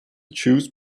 choose